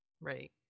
Right